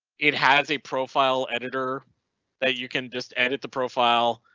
it has a profile editor that you can just edit the profile.